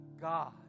God